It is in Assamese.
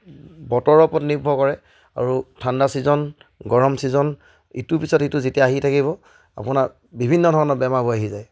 বতৰৰ ওপৰত নিৰ্ভৰ কৰে আৰু ঠাণ্ডা ছিজন গৰম ছিজন ইটো পিছত সিটো যেতিয়া আহি থাকিব আপোনাৰ বিভিন্ন ধৰণৰ বেমাৰবোৰ আহি যায়